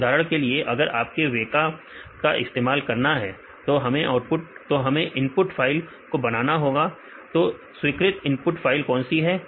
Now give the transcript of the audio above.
तो उदाहरण के लिए अगर आपको वेका का इस्तेमाल करना है तो हमें इनपुट फाइल को बनाना होगा तो स्वीकृत इनपुट फाइल कौन सी है